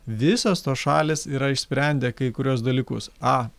visos tos šalys yra išsprendę kai kuriuos dalykus a